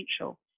potential